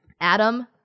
adam